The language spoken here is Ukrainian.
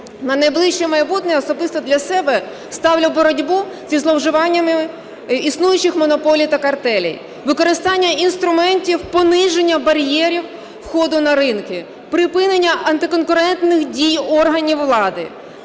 на найближче майбутнє особисто для себе ставлю боротьбу із зловживаннями існуючих монополій та картелів, використання інструментів, пониження бар'єрів входу на ринки, припинення антиконкурентних дій органів влади,